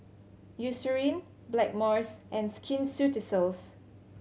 Eucerin Blackmores and Skin Ceuticals